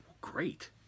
Great